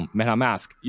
MetaMask